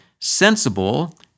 sensible